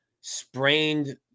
sprained